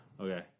okay